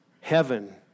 Heaven